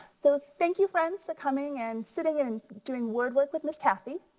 so thank you friends for coming and sitting and doing word work with ms. kathy.